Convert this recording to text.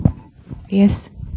Yes